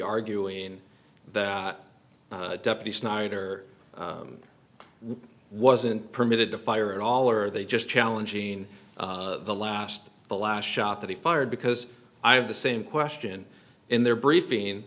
arguing that deputy snyder wasn't permitted to fire at all or are they just challenging the last the last shot that he fired because i have the same question in their briefing